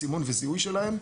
בסימון וזיהוי שלהם.